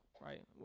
right